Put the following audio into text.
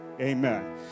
Amen